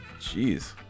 Jeez